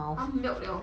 它 melt liao